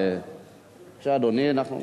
בבקשה, אדוני.